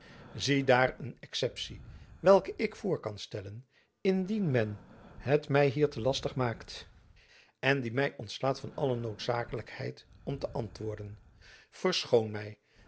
ziedaar een exceptie welke ik voor kan stellen indien men het my hier te lastig maakt en die my ontslaat van alle noodzakelijkheid om te antwoorden